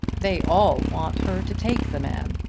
they all want her to take the man.